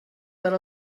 per